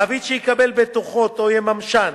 מעביד שיקבל בטוחות או יממשן,